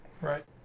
Right